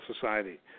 society